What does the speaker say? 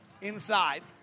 inside